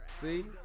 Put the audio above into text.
See